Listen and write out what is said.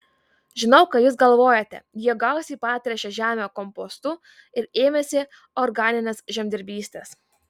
žinau ką jūs galvojate jie gausiai patręšė žemę kompostu ir ėmėsi organinės žemdirbystės